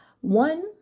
One